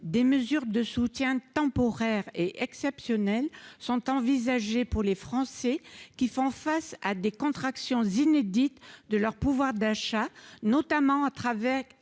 des mesures de soutien temporaires et exceptionnelles sont envisagées en faveur des Français, qui font face à une contraction inédite de leur pouvoir d'achat, notamment en raison